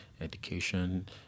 education